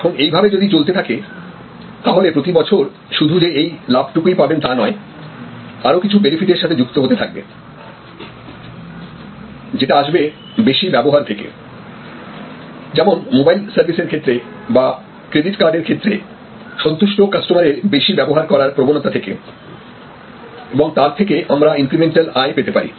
এখন এই ভাবে যদি চলতে থাকে তাহলে প্রতিবছর শুধু যে এই লাভ টুকুই পাবেন তা নয় আরো কিছু বেনিফিট এর সাথে যুক্ত হতে থাকবে যেটা আসবে বেশি ব্যবহার থেকে যেমন মোবাইল সার্ভিসের ক্ষেত্রে বা ক্রেডিট কার্ডের ক্ষেত্রে সন্তুষ্ট কাস্টমারের বেশি ব্যবহার করার প্রবণতা থাকে এবং তার থেকে আমরা ইনক্রেমেন্টাল আয় পেতে পারি